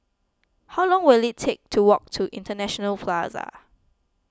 how long will it take to walk to International Plaza